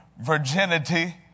virginity